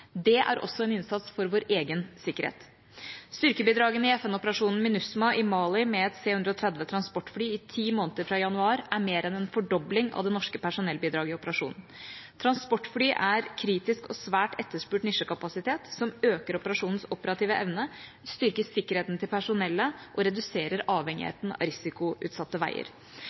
Det er også en innsats for vår egen sikkerhet. Styrkebidragene i FN-operasjonen MINUSMA i Mali med et C-130 transportfly i ti måneder fra januar er mer enn en fordobling av det norske personellbidraget i operasjonen. Transportfly er kritisk og svært etterspurt nisjekapasitet som øker operasjonens operative evne, styrker sikkerheten til personellet og reduserer